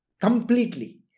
completely